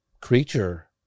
creature